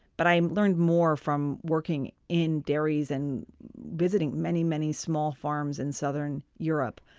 but i and learned more from working in dairies and visiting many, many small farms in southern europe,